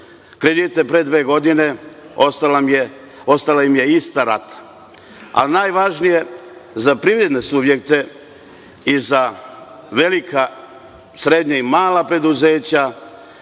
kredite pre dve godine ostala im je ista rata. Ali, najvažnije za privredne subjekte i za velika, srednja i mala preduzeća